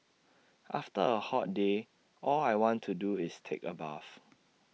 after A hot day all I want to do is take A bath